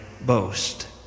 boast